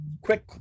quick